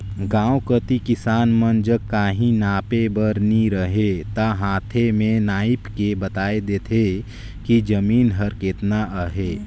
गाँव कती किसान मन जग काहीं नापे बर नी रहें ता हांथे में नाएप के बताए देथे कि जमीन हर केतना अहे